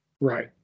Right